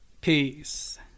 Peace